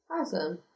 Awesome